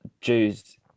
Jews